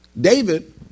David